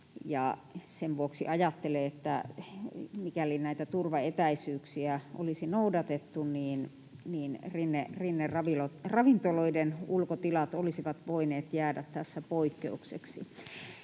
sen vuoksi ajattelen, että mikäli näitä turvaetäisyyksiä olisi noudatettu, niin rinneravintoloiden ulkotilat olisivat voineet jäädä tässä poikkeukseksi.